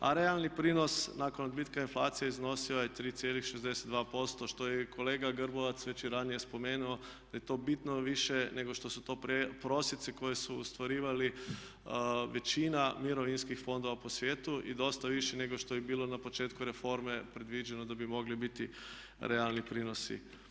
A realni prinos nakon odbitka inflacije iznosio je 3,62% što je i kolega Grbavac već i ranije spomenuo da je to bitno više nego što su to prosjeci koji su ostvarivali većina mirovinskih fondova po svijetu i dosta više nego što je bilo na početku reforme predviđeno da bi mogli biti realni prinosi.